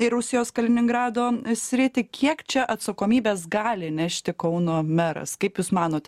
į rusijos kaliningrado sritį kiek čia atsakomybės gali nešti kauno meras kaip jūs manot